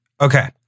Okay